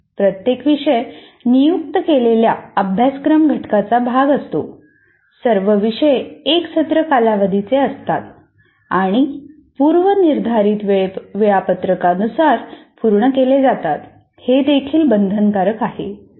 प्रत्येक विषय नियुक्त केलेल्या अभ्यासक्रम घटकाचा भाग असतो सर्व विषय एक सत्र कालावधीचे असतात आणि पूर्वनिर्धारित वेळापत्रकानुसार पूर्ण केले जातात हे देखील बंधनकारक आहे